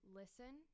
listen